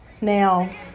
Now